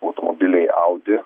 automobiliai audi